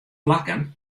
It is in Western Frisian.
plakken